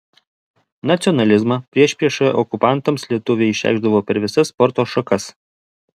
nacionalizmą priešpriešą okupantams lietuviai išreikšdavo per visas sporto šakas